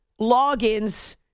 logins